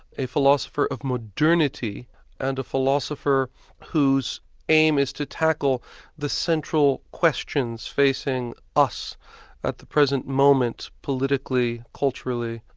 a philosopher of modernity and a philosopher whose aim is to tackle the central questions facing us at the present moment, politically, culturally,